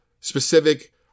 specific